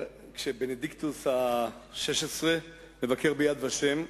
כשבנדיקטוס ה-16 מבקר ב"יד ושם",